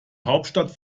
hauptstadt